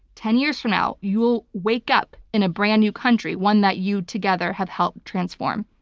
ten years from now you will wake up in a brand new country, one that you together have helped transform.